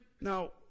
now